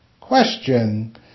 Question